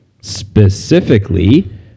specifically